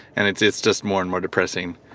and it's it's just more and more depressing.